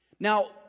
Now